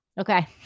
Okay